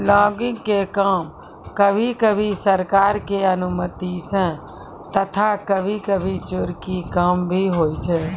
logging के काम कभी कभी सरकार के अनुमती सॅ तथा कभी कभी चोरकी भी होय छै